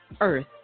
Earth